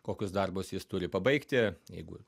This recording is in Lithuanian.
kokius darbus jis turi pabaigti jeigu